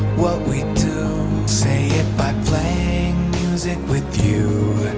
what we do say it by playing music with you